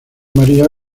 maría